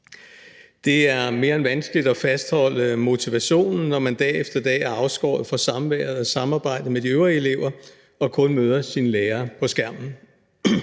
Det er mere end vanskeligt at fastholde motivationen, når man dag efter dag er afskåret fra samværet og samarbejdet med de øvrige elever og kun møder sine lærere på skærmen.